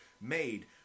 made